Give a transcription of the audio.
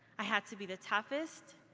i had to be the toughest,